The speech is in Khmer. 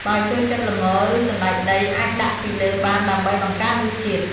បើចូលចិត្ត ល្ង ឬសណ្ដែកដី អាចដាក់ពីលើបានដើម្បីបង្កើនរសជាតិ។